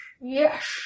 Yes